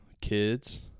Kids